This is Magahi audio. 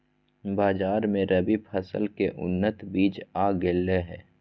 बाजार मे रबी फसल के उन्नत बीज आ गेलय हें